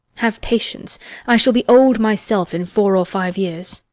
have patience i shall be old myself in four or five years.